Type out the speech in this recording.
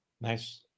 Nice